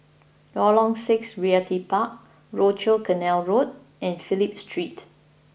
Lorong Six Realty Park Rochor Canal Road and Phillip Street